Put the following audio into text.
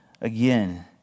again